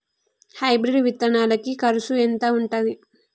Hybrid విత్తనాలకి కరుసు ఎంత ఉంటది?